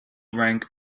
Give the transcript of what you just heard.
rank